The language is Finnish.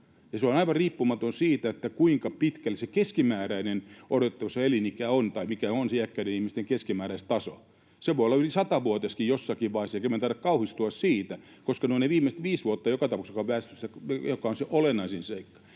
se on aivan riippumaton siitä, kuinka pitkällä se keskimääräinen odotettavissa oleva elinikä on tai mikä on se iäkkäiden ihmisten keskimääräistaso. Se voi olla yli satakin vuotta jossakin vaiheessa, eikä meidän tarvitse kauhistua siitä, koska ne ovat joka tapauksessa ne viimeiset viisi vuotta, jotka ovat se olennaisin seikka.